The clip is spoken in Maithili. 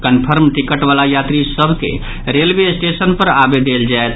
कन्फर्म टिकटवाला यात्रीसभ के रेलवे स्टेशन पर आबय देल जायत